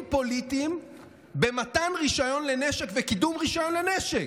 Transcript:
פוליטיים במתן רישיון לנשק וקידום רישיון לנשק.